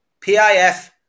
PIF